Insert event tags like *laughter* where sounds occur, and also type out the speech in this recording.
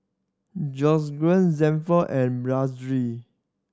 Georgiann Sanford and *unintelligible*